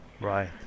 Right